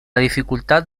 dificultad